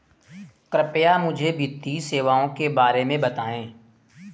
कृपया मुझे वित्तीय सेवाओं के बारे में बताएँ?